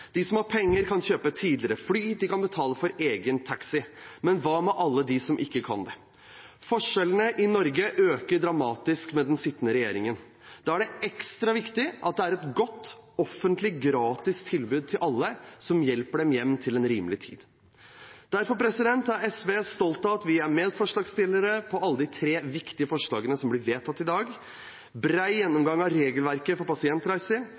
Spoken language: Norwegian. De som har penger, kan kjøpe billett til tidligere fly, de kan betale for egen taxi. Men hva med alle dem som ikke kan det? Forskjellene i Norge øker dramatisk med den sittende regjeringen. Da er det ekstra viktig at det er et godt offentlig og gratis tilbud til alle, som hjelper dem hjem til en rimelig tid. Derfor er SV stolt av at vi er medforslagsstiller til alle de tre viktige forslagene som blir vedtatt i dag: bred gjennomgang av regelverket for